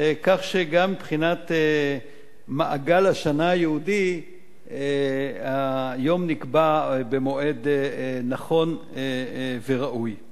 כך שגם מבחינת מעגל השנה היהודי היום נקבע במועד נכון וראוי,